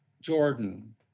Jordan